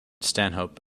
stanhope